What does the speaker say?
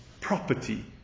property